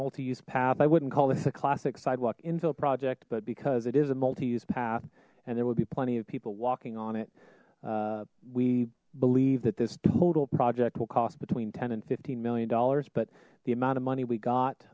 multi use path i wouldn't call this a classic sidewalk into a project but because it is a multi use path and there will be plenty of people walking on it we believe that this total project will cost between ten and fifteen million dollars but the amount of money we got